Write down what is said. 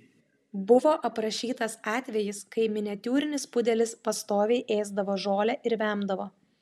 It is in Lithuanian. buvo aprašytas atvejis kai miniatiūrinis pudelis pastoviai ėsdavo žolę ir vemdavo